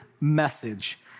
message